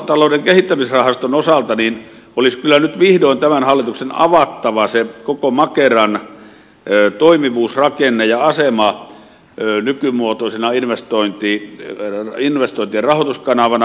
maatilatalouden kehittämisrahaston osalta olisi kyllä nyt vihdoin tämän hallituksen avattava koko makeran toimivuusrakenne ja asema nykymuotoisena investointi ja rahoituskanavana